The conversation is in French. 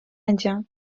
indien